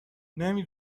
نمی